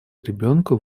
ребенку